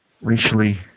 racially